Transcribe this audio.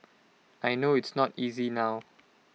I know it's not easy now